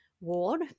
ward